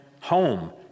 home